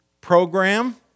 program